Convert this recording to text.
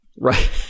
Right